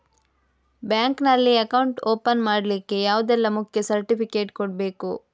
Bank ನಲ್ಲಿ account open ಮಾಡ್ಲಿಕ್ಕೆ ಯಾವುದೆಲ್ಲ ಮುಖ್ಯ ಸರ್ಟಿಫಿಕೇಟ್ ಕೊಡ್ಬೇಕು?